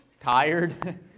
tired